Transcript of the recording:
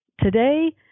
Today